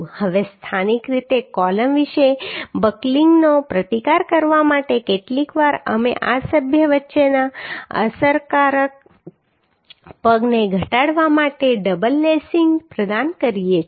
હવે સ્થાનિક રીતે કૉલમ વિશે બકલિંગનો પ્રતિકાર કરવા માટે કેટલીકવાર અમે આ સભ્ય વચ્ચેના અસરકારક પગને ઘટાડવા માટે ડબલ લેસિંગ પ્રદાન કરીએ છીએ